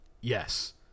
Yes